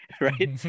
right